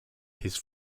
his